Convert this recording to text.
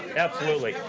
absolutely.